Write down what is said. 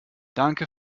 danke